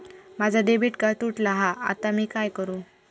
माझा debit card तुटला हा आता मी काय करू?